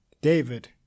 David